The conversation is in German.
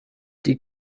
die